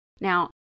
Now